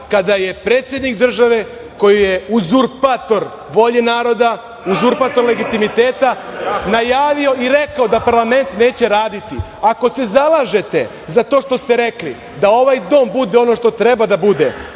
kada je predsednik države, koji je uzurpator volje naroda, uzurpator volje legitimiteta, najavio i rekao da parlament neće raditi. Ako se zalažete za to što ste rekli, da ovaj dom bude ono što treba da bude,